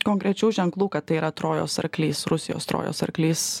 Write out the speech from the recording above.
konkrečių ženklų kad tai yra trojos arklys rusijos trojos arklys